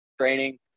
training